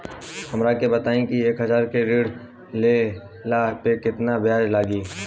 हमरा के बताई कि एक हज़ार के ऋण ले ला पे केतना ब्याज लागी?